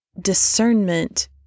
discernment